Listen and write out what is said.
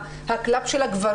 זה משהו שהקלאב של הגברים,